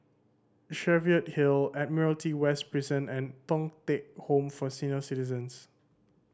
Cheviot Hill Admiralty West Prison and Thong Teck Home for Senior Citizens